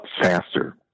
faster